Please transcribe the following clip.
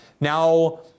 now